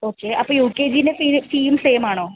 okay അപ്പോൾ U K ജിയിലെ fee ഫീയും സെയിമാണോ